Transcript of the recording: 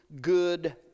good